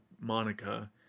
Monica